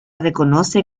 reconoce